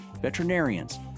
veterinarians